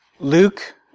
Luke